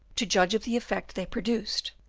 to judge of the effect they produced,